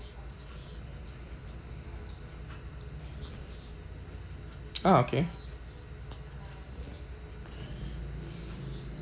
oh okay